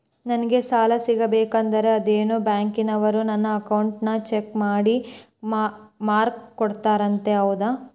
ನಂಗೆ ಸಾಲ ಸಿಗಬೇಕಂದರ ಅದೇನೋ ಬ್ಯಾಂಕನವರು ನನ್ನ ಅಕೌಂಟನ್ನ ಚೆಕ್ ಮಾಡಿ ಮಾರ್ಕ್ಸ್ ಕೊಡ್ತಾರಂತೆ ಹೌದಾ?